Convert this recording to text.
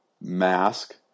Mask